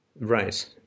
right